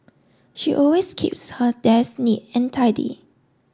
she always keeps her desk neat and tidy